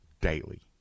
daily